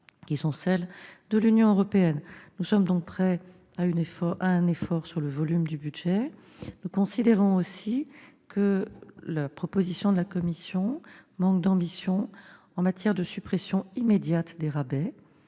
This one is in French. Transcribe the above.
qui sont celles de l'Union. Nous sommes donc prêts à faire un effort sur le volume du budget. Nous considérons aussi que la proposition de la Commission manque d'ambition en matière de suppression immédiate des rabais,